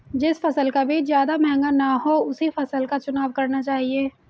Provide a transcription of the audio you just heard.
जिस फसल का बीज ज्यादा महंगा ना हो उसी फसल का चुनाव करना चाहिए